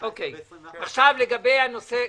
זה מוכפל ב-0.35,